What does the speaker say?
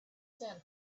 sand